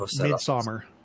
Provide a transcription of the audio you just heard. Midsummer